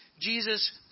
Jesus